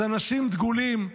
אז אנשים דגולים,